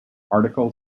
article